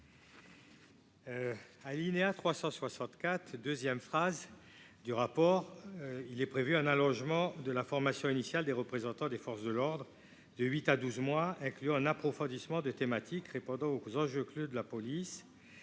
L'alinéa 364 du rapport annexé prévoit l'allongement de la formation initiale des représentants des forces de l'ordre, de huit à douze mois, incluant un approfondissement de thématiques répondant aux enjeux clés de la police,